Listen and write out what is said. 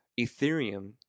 Ethereum